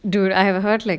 dude I haven't heard like